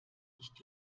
nicht